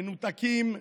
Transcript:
מנותקים מהיהודים,